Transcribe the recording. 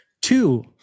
Two